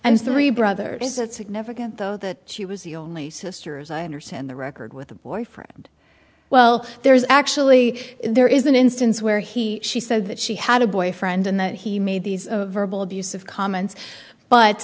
and three brothers is it significant though that she was the only sister as i understand the record with the boyfriend well there's actually there is an instance where he she said that she had a boyfriend and that he made these of verbal abuse of comments but